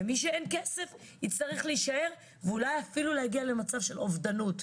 למי שאין כסף יצטרך להישאר ואולי אפילו להגיע למצב של אובדנות,